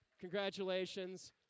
Congratulations